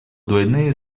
двойные